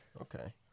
Okay